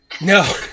No